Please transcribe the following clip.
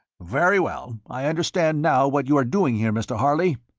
very well, i understand now what you were doing here, mr. harley.